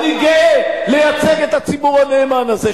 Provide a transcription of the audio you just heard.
אני גאה לייצג את הציבור הנאמן הזה,